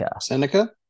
Seneca